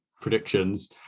predictions